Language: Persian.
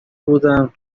بودم